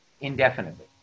indefinitely